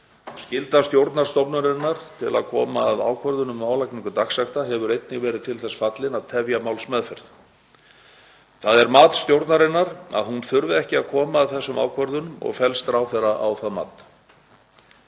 Skylda stjórnar stofnunarinnar til að koma að ákvörðunum um álagningu dagsekta hefur einnig verið til þess fallin að tefja málsmeðferð. Það er mat stjórnarinnar að hún þurfi ekki að koma að þessum ákvörðunum og felst ráðherra á það mat.